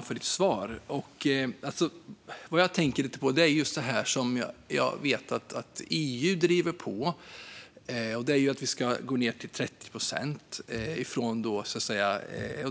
Fru talman! Jag tackar Emma Nohrén för svaret. EU driver nu på för att vi ska gå ned till 30 procent, vilket